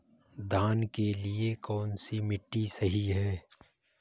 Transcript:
धान के लिए कौन सी मिट्टी सही है?